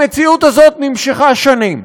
המציאות הזאת נמשכה שנים,